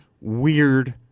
weird